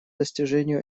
достижению